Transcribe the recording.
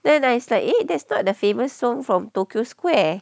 then I it's like eh that's not the famous song from tokyo square